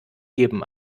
jedem